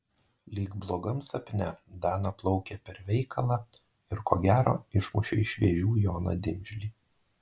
lyg blogam sapne dana plaukė per veikalą ir ko gero išmušė iš vėžių joną dimžlį